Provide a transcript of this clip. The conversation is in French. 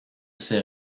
ses